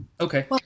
Okay